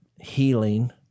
healing